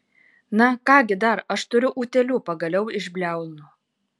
na ką gi dar aš turiu utėlių pagaliau išbliaunu